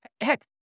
Heck